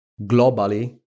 globally